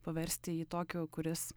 paversti jį tokiu kuris